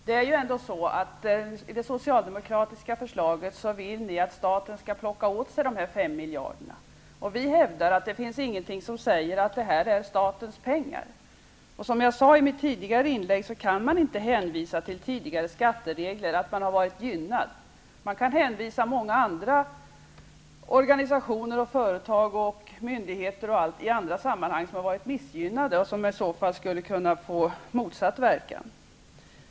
Fru talman! Med det socialdemokratiska förslaget vill ni att staten skall plocka åt sig dessa fem miljarder. Vi hävdar att det inte finns någonting som säger att det här är statens pengar. Som jag sade i mitt tidigare inlägg kan man inte hänvisa till att man har varit gynnad av tidigare skatteregler. Man kan hänvisa till många andra organisationer, företag och myndigheter som har varit missgynnade i andra sammanhang och där det i så fall skulle kunna få motsatt verkan.